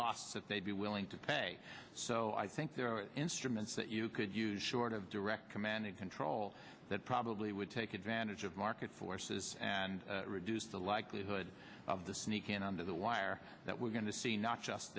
costs that they'd be willing to pay so i think there are instruments that you could use short of direct command and control that probably would take advantage of market forces and reduce the likelihood of the sneak in under the wire that we're going to see not just